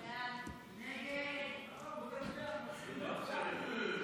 הסתייגות 20 לא נתקבלה.